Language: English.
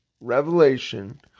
revelation